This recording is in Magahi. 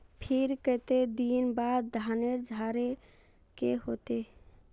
फिर केते दिन बाद धानेर झाड़े के होते?